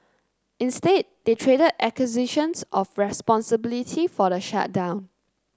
instead they traded accusations of responsibility for the shutdown